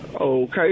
Okay